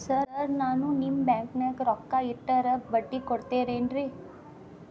Sir ನಾನು ನಿಮ್ಮ ಬ್ಯಾಂಕನಾಗ ರೊಕ್ಕ ಇಟ್ಟರ ಬಡ್ಡಿ ಕೊಡತೇರೇನ್ರಿ?